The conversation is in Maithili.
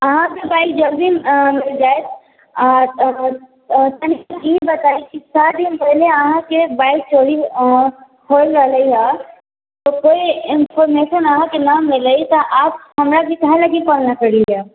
अहाँके बाइक जल्दी अऽ मिल जायत अऽ तऽ तनि ई बताइ कि चारि दिन पहिले अहाँके बाइक चोरी होल रहलैहँ तऽ कोइ इन्फरमेशन अहाँके ने मिललै तऽ आप